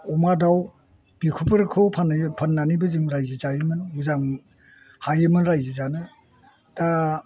अमा दाउ बिफोरखौ फाननानैबो जोङो रायजो जायोमोन मोजां हायोमोन रायजो जानो दा